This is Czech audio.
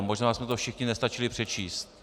Možná jsme to všichni nestačili přečíst.